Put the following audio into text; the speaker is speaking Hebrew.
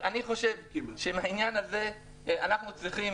אני חושב שבעניין הזה אנחנו צריכים